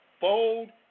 Fold